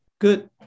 Good